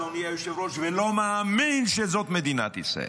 אדוני היושב-ראש, ולא מאמין שזאת מדינת ישראל.